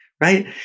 right